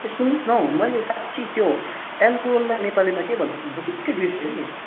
ए सुन्नुहो न हौ मैले साँच्चि त्यो एलकोहललाई नेपालीमा के भन्छ भुत्तुकै बिर्सिएँ कि